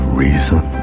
reason